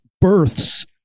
births